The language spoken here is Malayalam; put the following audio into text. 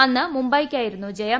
അന്ന് മുംബൈയ്ക്കായിരുന്നു ജയം